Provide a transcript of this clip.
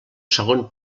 segon